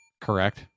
Correct